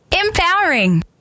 empowering